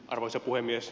arvoisa puhemies